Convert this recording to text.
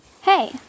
Hey